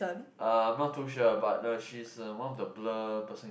uh I'm not too sure but the she is the one of the blur person